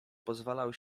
pozwalał